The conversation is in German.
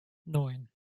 neun